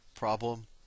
Problem